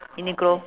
uniqlo